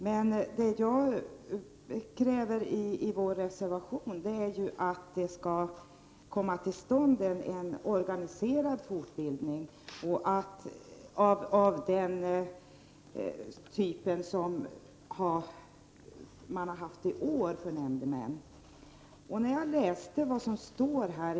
Men vad vi kräver i vår reservation är att en organiserad fortbildning för nämndemän skall komma till stånd, en fortbildning av den typ som man har haft i år.